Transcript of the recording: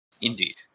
Indeed